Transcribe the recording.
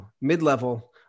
mid-level